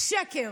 שקר.